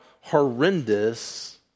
horrendous